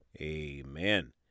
amen